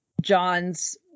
John's